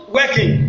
working